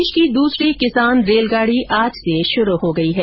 देश की द्सरी किसान रेलगाड़ी आज से शुरू हो गई है